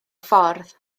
ffordd